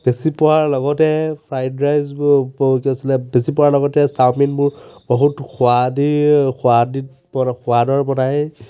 বেছি পোৱাৰ লগতে ফ্ৰাইদ ৰাইচবোৰ কি হৈছিলে বেছি পোৱাৰ লগতে চাওমিনবোৰ বহুত সোৱাদি সোৱাদি সোৱাদৰ বনায়